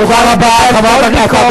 תודה רבה לחברת הכנסת.